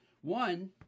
One